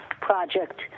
project